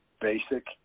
basic